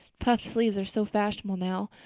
puffed sleeves are so fashionable now.